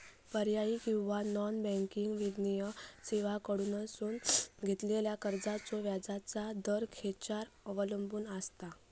पर्यायी किंवा non banking वित्तीय सेवांकडसून घेतलेल्या कर्जाचो व्याजाचा दर खेच्यार अवलंबून आसता?